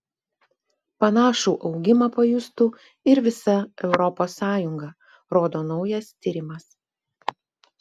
panašų augimą pajustų ir visa europos sąjunga rodo naujas tyrimas